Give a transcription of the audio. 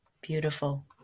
Beautiful